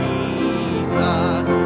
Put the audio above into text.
Jesus